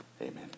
Amen